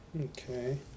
Okay